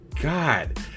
God